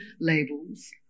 labels